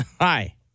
Hi